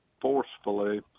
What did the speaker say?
forcefully